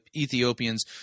Ethiopians